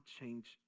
change